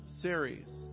series